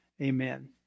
Amen